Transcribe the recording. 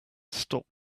stop